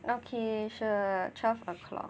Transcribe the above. okay 是 twelve o'clock